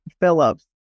Phillips